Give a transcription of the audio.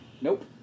Nope